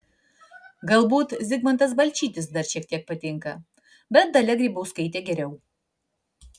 galbūt zigmantas balčytis dar šiek tiek patinka bet dalia grybauskaitė geriau